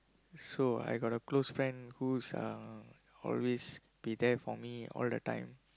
so I got a close friend who's always be there for me all the time